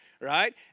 right